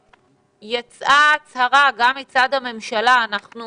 שיצאה הצהרה, גם מצד הממשלה, שאנחנו